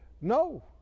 No